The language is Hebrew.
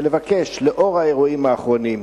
ולבקש, לאור האירועים האחרונים: